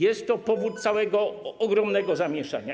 jest to powód całego, ogromnego zamieszania?